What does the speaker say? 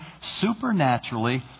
supernaturally